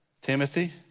Timothy